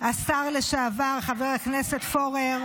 השר לשעבר חבר הכנסת פורר,